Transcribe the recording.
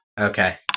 Okay